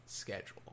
schedule